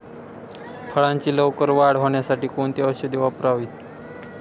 फळाची लवकर वाढ होण्यासाठी कोणती औषधे वापरावीत?